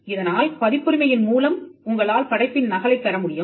இதனால் பதிப்புரிமையின் மூலம் உங்களால் படைப்பின் நகலைப் பெற முடியும்